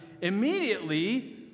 immediately